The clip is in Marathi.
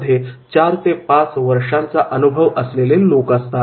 या प्रशिक्षणातील सहभागी एखाद्या संस्थेमध्ये चार ते पाच वर्षांचा अनुभव असलेले लोक असतात